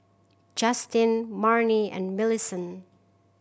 Justen Marnie and Millicent